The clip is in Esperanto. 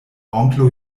onklo